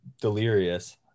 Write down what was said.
delirious